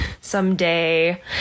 someday